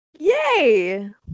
Yay